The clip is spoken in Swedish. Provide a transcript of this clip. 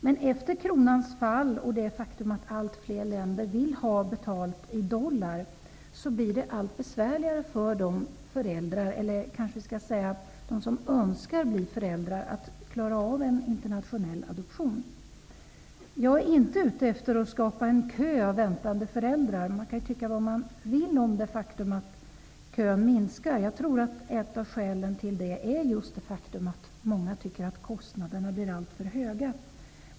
Men efter kronans fall och i och med det faktum att allt fler länder vill ha betalt i dollar, blir det allt besvärligare för dem som önskar bli föräldrar att klara av en internationell adoption. Jag är inte ute efter att skapa en kö av väntande föräldrar. Man kan tycka vad man vill om det faktum att kön minskar. Jag tror att ett skäl är att många tycker att kostnaderna blir alltför höga.